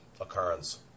occurrence